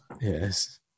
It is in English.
Yes